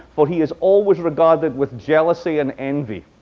for he is always regarded with jealousy and envy.